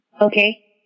Okay